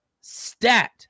stat